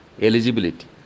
eligibility